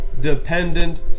dependent